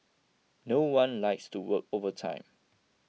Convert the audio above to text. no one likes to work overtime